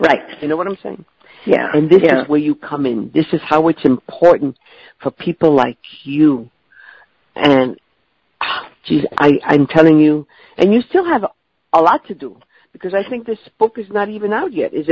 right you know what i'm saying and this is where you come in this is how it's important for people like you and just i'm telling you and you still have a lot to do because i think this book is not even out yet is